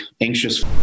anxious